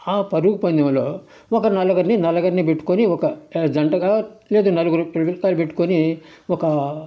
ఆ పరుగు పందెములో ఒక నలగరిని నలగరిని పెట్టుకొని ఒక జంటగా లేదు నలుగురు పిల్లకాయిలను పెట్టుకొని ఒక